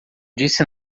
disse